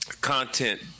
content